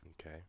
Okay